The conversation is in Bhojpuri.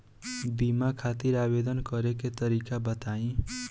बीमा खातिर आवेदन करे के तरीका बताई?